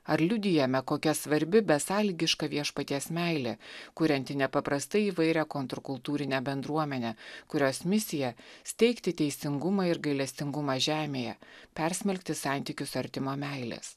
ar liudijame kokia svarbi besąlygiška viešpaties meilė kurianti nepaprastai įvairią kontrkultūrinę bendruomenę kurios misija steigti teisingumą ir gailestingumą žemėje persmelkti santykius artimo meilės